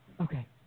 Okay